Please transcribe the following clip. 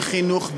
בחינוך,